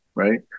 right